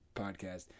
podcast